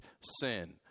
sin